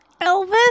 Elvis